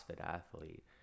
athlete